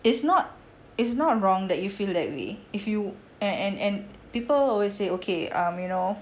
it's not it's not wrong that you feel that way if you and and and people always say okay um you know